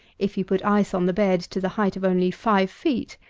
if you put ice on the bed to the height of only five feet,